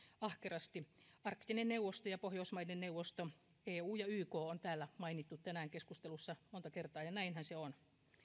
ahkerasti arktinen neuvosto ja pohjoismaiden neuvosto sekä eu ja yk on täällä mainittu tänään keskustelussa monta kertaa ja näinhän se on